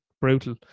brutal